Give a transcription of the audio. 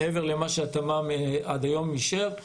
מעבר למה שהתמ"מ עד היום אישר,